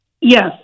Yes